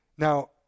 Now